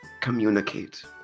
communicate